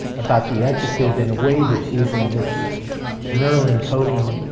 about the adjective in a way that's using this neural encoding,